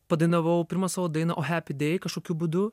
padainavau pirmą savo dainą oh happy day kažkokiu būdu